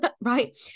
right